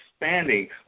expanding